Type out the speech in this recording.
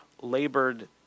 labored